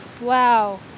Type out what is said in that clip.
Wow